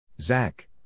Zach